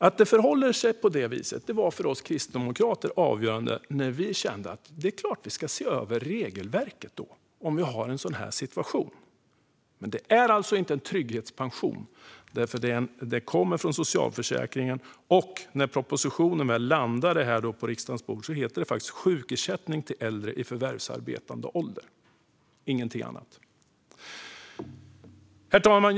Att det förhåller sig på det viset var för oss kristdemokrater avgörande. Vi kände att det är klart att regelverket ska ses över om det råder en sådan här situation. Men det är alltså inte en trygghetspension, för detta kommer från socialförsäkringen. När propositionen väl landade på riksdagens bord hette den faktiskt Sjukersättning till äldre i förvärvsarbetande ålder - ingenting annat. Herr talman!